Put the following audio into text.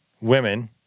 women